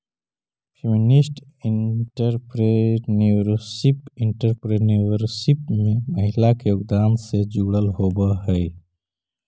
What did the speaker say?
feminist entrepreneurship entrepreneurship में महिला के योगदान से जुड़ल होवऽ हई